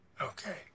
Okay